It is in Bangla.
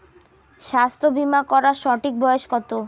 স্বাস্থ্য বীমা করার সঠিক বয়স কত?